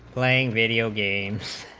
playing video games